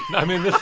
i mean,